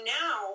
now